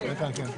איתן, כן.